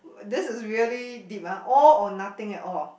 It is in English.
this is really deep ah all or nothing at all